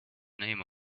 name